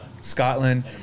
Scotland